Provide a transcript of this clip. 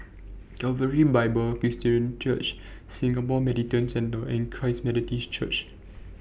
Calvary Bible Presbyterian Church Singapore Mediation Centre and Christ Methodist Church